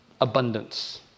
Abundance